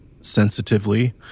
sensitively